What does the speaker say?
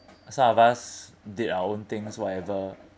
some of us did our own things whatever